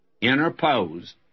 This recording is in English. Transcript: interposed